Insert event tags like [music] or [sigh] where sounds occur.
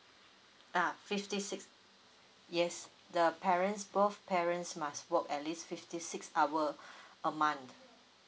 ah fifty six yes the parents both parents must work at least fifty six hour [breath] a month